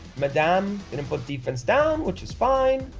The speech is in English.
madame gonna put defense down, which is fine,